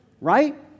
Right